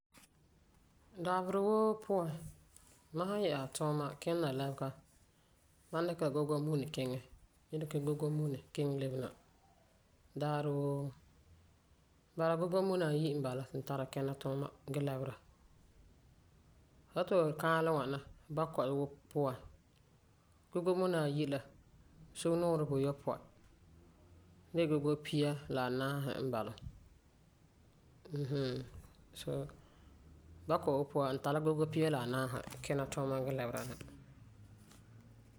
Dabeserɛ woo puan ma san yɛ'ɛsa tuuma kinɛ la lɛbega, ma ni dikɛ la gogo mune kiŋɛ gee dikɛ gogo mune kiŋɛ lebena. Daarewoo. Bala gogo muuma ayi n bala ti n tara kina tuuma gee lɛbera. Bala fu san yeti fu kaalɛ ŋwana bakɔi woo puan, gogo muuna ayi la sugenuure buyopɔi de'e gogo muuna pia la anaasi n bala mm hmm. So bakɔi woo puan n tari gogo pia la anaasi kina tuuma gee lɛbera na.